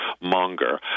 monger